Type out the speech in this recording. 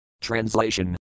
Translation